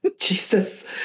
Jesus